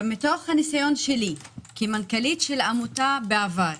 מניסיוני כמנכ"לית בעבר,